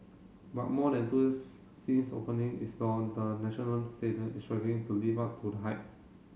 but more than two years since opening its door the National Stadium is struggling to live up to the hype